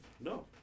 No